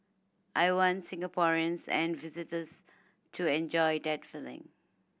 I want Singaporeans and visitors to enjoy that feeling